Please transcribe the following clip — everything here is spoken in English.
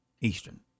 Eastern